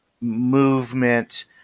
movement